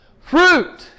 fruit